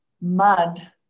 mud